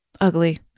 ugly